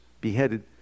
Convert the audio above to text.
beheaded